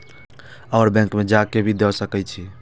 और बैंक में जा के भी दे सके छी?